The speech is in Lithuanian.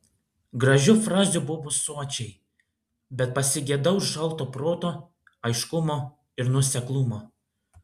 gražių frazių buvo sočiai bet pasigedau šalto proto aiškumo ir nuoseklumo